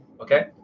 Okay